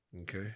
Okay